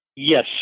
Yes